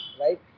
right